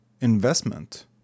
investment